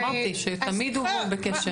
אמרתי שהוא תמיד הוא בקשר.